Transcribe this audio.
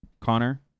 Connor